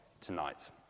tonight